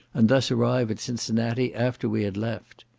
and thus arrive at cincinnati after we had left